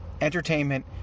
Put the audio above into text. entertainment